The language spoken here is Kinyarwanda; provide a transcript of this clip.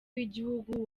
w’igihugu